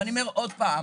ואני אומר עוד פעם,